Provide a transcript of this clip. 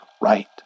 right